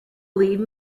leave